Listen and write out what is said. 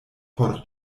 por